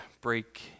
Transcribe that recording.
break